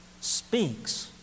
speaks